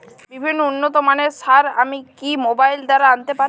বিভিন্ন উন্নতমানের সার আমি কি মোবাইল দ্বারা আনাতে পারি?